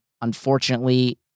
unfortunately